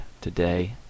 today